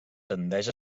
tendeix